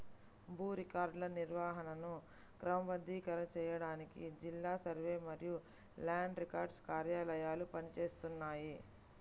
భూ రికార్డుల నిర్వహణను క్రమబద్ధీకరించడానికి జిల్లా సర్వే మరియు ల్యాండ్ రికార్డ్స్ కార్యాలయాలు పని చేస్తున్నాయి